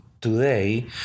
today